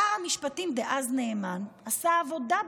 שר המשפטים דאז נאמן עשה עבודה בנושא,